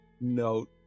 note